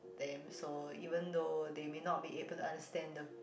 them so even though they may not be able to understand the